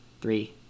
three